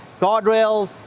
guardrails